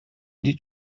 did